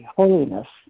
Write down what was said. holiness